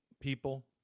people